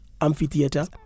Amphitheater